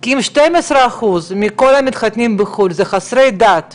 כי אם 12 אחוזים מכל המתחתנים בחו"ל הם זוג חסר דת,